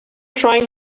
trying